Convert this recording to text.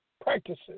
practices